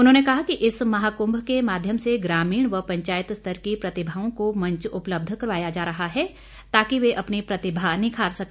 उन्होंने कहा कि इस महाकुंभ के माध्यम से ग्रामीण व पंचायत स्तर की प्रतिभाओं को मंच उपलब्ध करवाया जा रहा है ताकि वे अपनी प्रतिभा निखार सके